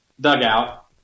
dugout